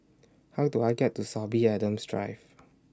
How Do I get to Sorby Adams Drive